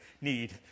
need